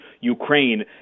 ukraine